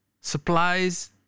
Supplies